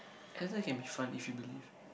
exercise can be fun if you believe